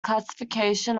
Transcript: classification